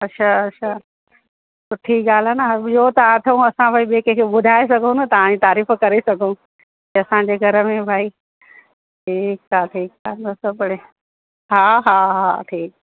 अच्छा अच्छा सुठी ॻाल्हि आहे न हा ॿियो त अथऊं असां भई ॿिए कंहिंखे ॿुधाइ सघूं न तव्हांजी तारीफ़ करे सघूं की असांजे घर में भई ठीकु आहे ठीकु आहे ॿियो सभु बढ़ि हा हा हा ठीकु